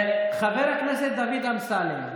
חבר הכנסת דוד אמסלם,